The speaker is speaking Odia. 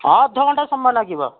ହଁ ଅଧ ଘଣ୍ଟାଏ ସମୟ ଲାଗିବ